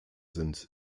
sind